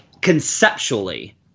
conceptually